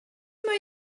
mae